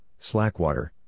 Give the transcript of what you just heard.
Slackwater